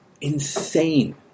insane